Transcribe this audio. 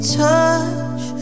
touch